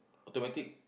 automatic